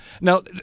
Now